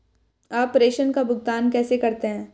आप प्रेषण का भुगतान कैसे करते हैं?